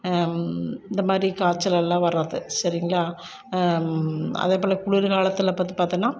இந்தமாதிரி காய்ச்சலெல்லாம் வர்றது சரிங்களா அதேபோல் குளிர்காலத்தில் பாத்தோனா